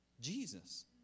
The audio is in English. Jesus